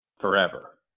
forever